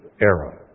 era